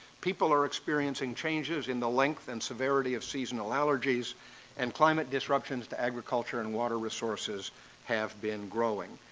people are experiencing changes in the length and severity of seasonal allergies and climate disruptions to agriculture and water resources have been growing.